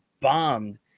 bombed